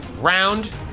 Round